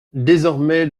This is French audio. désormais